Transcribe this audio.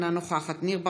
אינה נוכחת ניר ברקת,